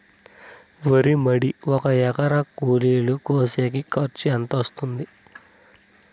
వరి మడి ఒక ఎకరా కూలీలు కోసేకి ఖర్చు ఎంత వస్తుంది?